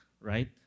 right